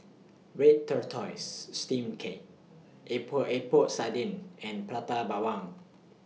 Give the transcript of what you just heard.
Red Tortoise Steamed Cake Epok Epok Sardin and Prata Bawang